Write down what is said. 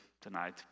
tonight